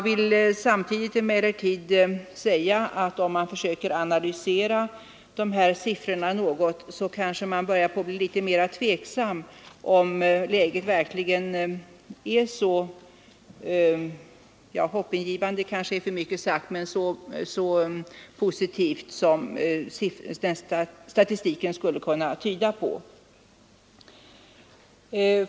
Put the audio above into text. Om man emellertid försöker analysera siffrorna något kanske man blir litet mer tvivlande till om läget verkligen är så positivt som statistiken skulle kunna tyda på.